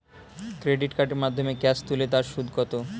Credit কার্ডের মাধ্যমে cash তুলে তার সুদ কত?